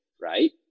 right